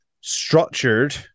structured